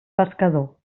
pescador